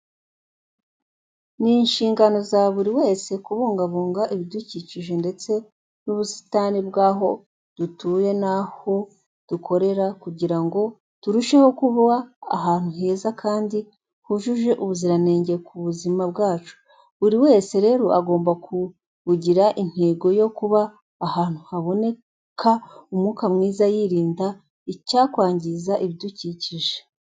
Ni inshingano za buri wese kubungangabunga ibidukikije ndetse n'ubusitani bw'aho dutuye n'aho dukorera kugira ngo turusheho kuba ahantu heza kandi hujuje ubuziranenge ku buzima bwacu. Buri wese rero agomba kubigira intego yo kuba ahantu haboneka umwuka mwiza yirinda icyakwangiza ibidukikije.